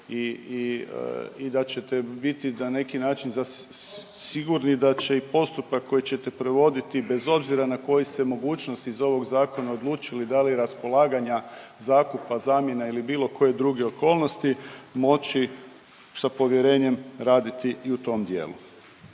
i da ćete biti na neki način sigurni da će i postupak koji ćete provoditi bez obzira na koju se mogućnost iz ovog zakona odlučili, da li raspolaganja, zakupa, zamjene ili bilo koje druge okolnosti moći sa povjerenjem raditi i u tom dijelu.